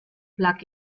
plug